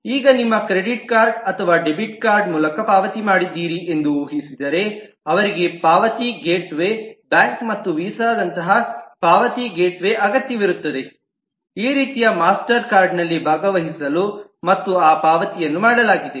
ಈಗ ನೀವು ನಿಮ್ಮ ಕ್ರೆಡಿಟ್ ಕಾರ್ಡ್ ಅಥವಾ ಡೆಬಿಟ್ ಕಾರ್ಡ್ ಮೂಲಕ ಪಾವತಿ ಮಾಡುತ್ತಿದ್ದೀರಿ ಎಂದು ಊಹಿಸಿದರೆ ಅವರಿಗೆ ಪಾವತಿ ಗೇಟ್ವೇ ಬ್ಯಾಂಕ್ ಮತ್ತು ವೀಸಾದಂತಹ ಪಾವತಿ ಗೇಟ್ವೇ ಅಗತ್ಯವಿರುತ್ತದೆ ಈ ರೀತಿಯ ಮಾಸ್ಟರ್ಕಾರ್ಡ್ನಲ್ಲಿ ಭಾಗವಹಿಸಲು ಮತ್ತು ಆ ಪಾವತಿಯನ್ನು ಮಾಡಲಾಗಿದೆ